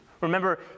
Remember